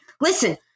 listen